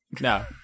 No